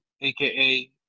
AKA